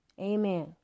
Amen